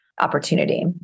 opportunity